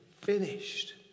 finished